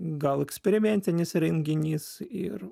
gal eksperimentinis renginys ir